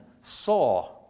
saw